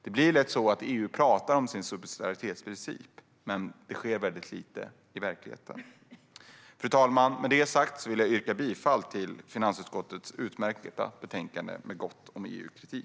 Det blir lätt så att EU pratar om subsidiaritetsprincipen samtidigt som det sker väldigt lite i verkligheten. Fru talman! Med detta sagt vill jag yrka bifall till finansutskottets utmärkta förslag i detta utlåtande, där det är gott om EU-kritik.